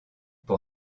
pour